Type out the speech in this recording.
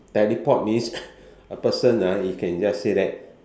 teleport means a person ah if can just say that